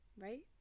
Right